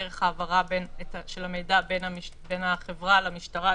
על דרך ההעברה של המידע בין החברה למשטרה,